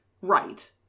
right